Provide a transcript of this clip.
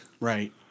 Right